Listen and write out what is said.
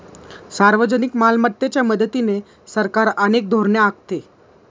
सार्वजनिक मालमत्तेच्या मदतीने सरकार अनेक धोरणे आखते